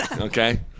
Okay